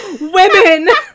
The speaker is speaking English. Women